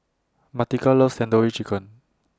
Martika loves Tandoori Chicken